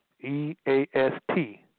E-A-S-T